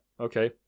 Okay